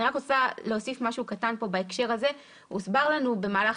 אני רוצה להוסיף בהקשר הזה שהוסבר לנו במהלך